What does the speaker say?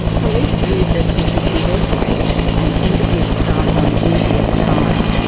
police viewed the cctv footage and interviewed staff on duty at the time.